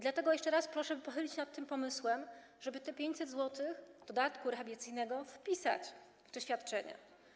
Dlatego jeszcze raz proszę pochylić się nad tym pomysłem, żeby te 500 zł dodatku rehabilitacyjnego wpisać w to świadczenie.